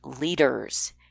leaders